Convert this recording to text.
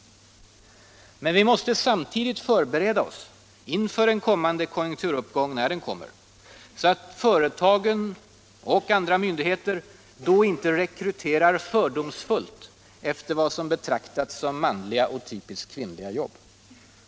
Men vi måste samtidigt förbereda oss inför en konjunkturuppgång, när den kommer, så att inte företag och myndigheter då rekryterar fördomsfullt efter vad som har betraktats som manliga och typiskt kvinnliga jobb.